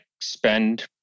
spend